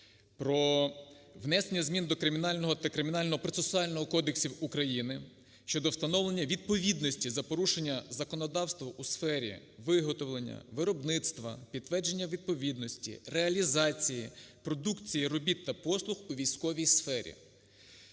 про внесення змін до Кримінального та Кримінально-процесуального кодексів України щодо встановлення відповідності за порушення законодавства у сфері виготовлення, виробництва, підтвердження відповідності, реалізації продукції, робіт та послуг у військовій сфері.